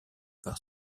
par